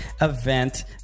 event